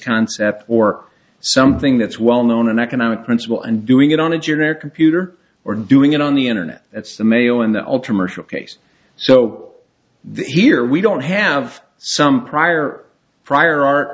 concept or something that's well known an economic principle and doing it on a generic computer or doing it on the internet that's the mail in the ultimate case so here we don't have some prior prior art